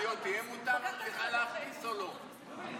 יהיה מותר להכניס קטניות